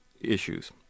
issues